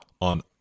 on